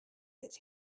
that